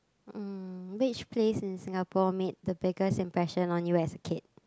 um which place in Singapore made the biggest impression on you as a kid